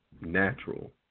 natural